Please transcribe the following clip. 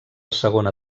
segona